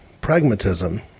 pragmatism